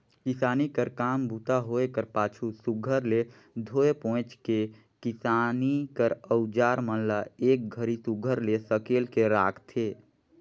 किसानी कर काम बूता होए कर पाछू सुग्घर ले धोए पोएछ के किसानी कर अउजार मन ल एक घरी सुघर ले सकेल के राखथे